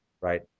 right